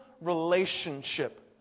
relationship